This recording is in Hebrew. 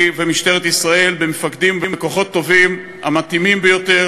ומשטרת ישראל במפקדים וכוחות טובים ומתאימים ביותר,